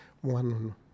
one